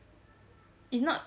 is not